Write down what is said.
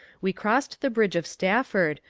we crossed the bridge of stafford,